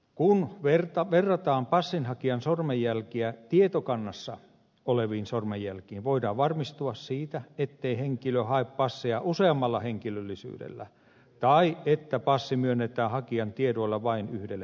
kun verrataan passin hakijan sormenjälkiä tietokannassa oleviin voidaan varmistua siitä ettei henkilö hae passeja useammalla henkilöllisyydellä tai että passi myönnetään hakijan tiedoilla vain yhdelle henkilölle